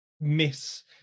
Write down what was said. miss